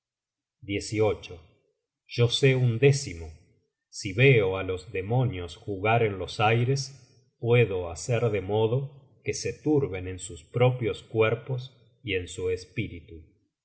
océano yo sé un décimo si veo á los demonios jugar en los aires puedo hacer de modo que se turben en sus propios cuerpos y en su espíritu